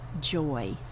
joy